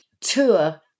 tour